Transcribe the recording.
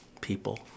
people